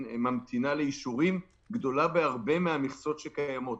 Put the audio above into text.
ממתינה לאישורים גדולה בהרבה מהמכסות שקיימות,